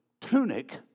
tunic